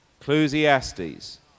Ecclesiastes